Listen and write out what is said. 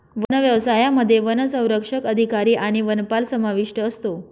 one व्यवसायामध्ये वनसंरक्षक अधिकारी आणि वनपाल समाविष्ट असतो